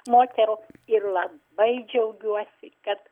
moterų ir labai džiaugiuosi kad